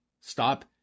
stop